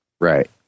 right